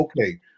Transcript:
okay